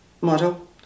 model